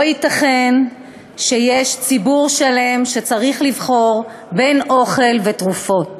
לא ייתכן שיש ציבור שלם שצריך לבחור בין אוכל לתרופות.